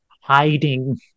hiding